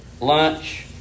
lunch